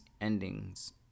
endings